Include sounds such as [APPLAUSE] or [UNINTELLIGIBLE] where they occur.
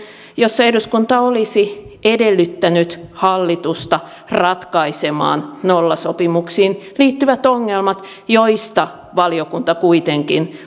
jossa eduskunta olisi edellyttänyt hallitusta ratkaisemaan nollasopimuksiin liittyvät ongelmat joista valiokunta kuitenkin [UNINTELLIGIBLE]